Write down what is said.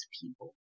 people